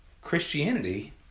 Christianity